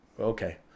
okay